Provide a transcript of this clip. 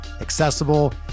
accessible